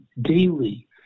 daily